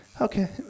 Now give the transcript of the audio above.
okay